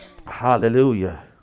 Hallelujah